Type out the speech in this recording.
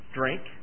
drink